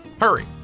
Hurry